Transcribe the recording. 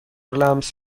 لمس